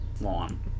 lawn